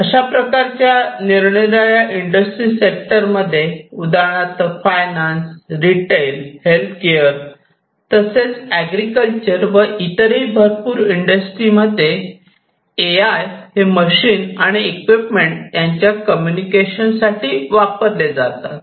अशा प्रकारच्या गोष्टी निर निराळ्या इंडस्ट्रीज सेक्टरमध्ये उदाहरणार्थ फायनान्स रिटेल हेल्थकेअर तसेच एग्रीकल्चर व इतरही भरपूर इंडस्ट्रीमध्ये ए आय हे मशीन्स आणि इक्विपमेंट यांच्या कम्युनिकेशन साठी वापरले जातात